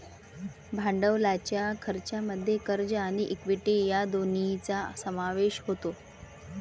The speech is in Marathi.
भांडवलाच्या खर्चामध्ये कर्ज आणि इक्विटी या दोन्हींचा समावेश होतो